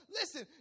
listen